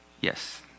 yes